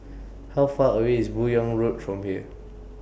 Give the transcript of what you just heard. How Far away IS Buyong Road from here